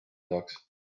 saaks